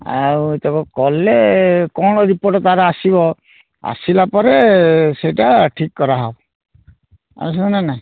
ଆଉ ଏତକ କଲେ କ'ଣ ରିପୋର୍ଟ ତା'ର ଆସିବ ଆସିଲା ପରେ ସେଇଟା ଠିକ୍ କରାହେବ